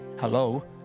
Hello